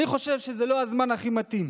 אני חושב שזה לא הזמן הכי מתאים.